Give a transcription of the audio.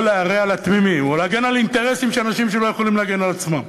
להרע או להגן על אינטרסים של אנשים שלא יכולים להגן על עצמם.